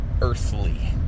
earthly